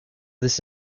this